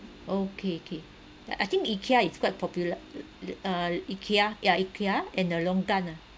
okay K I think eclair is quite popular uh uh uh eclair yeah eclair and the longan ah